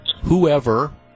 whoever